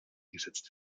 gesetzt